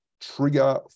trigger